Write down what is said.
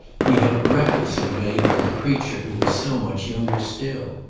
he had recklessly made with the creature who was so much younger still.